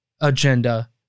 agenda